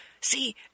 See